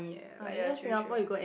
oh ya true true